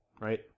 right